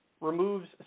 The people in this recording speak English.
removes